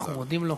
אנחנו מודים לו.